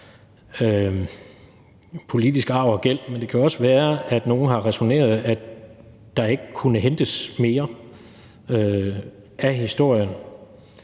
politisk arv og gæld, men det kan jo også være, at nogle har resoneret, at der ikke kunne hentes mere af historien.